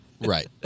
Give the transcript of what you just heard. right